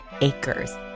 acres